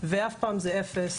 ואף פעם זה אפס.